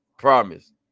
promise